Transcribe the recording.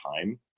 time